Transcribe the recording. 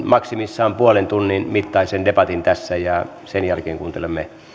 maksimissaan noin puolen tunnin mittaisen debatin tässä ja sen jälkeen kuuntelemme